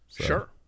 Sure